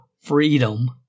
freedom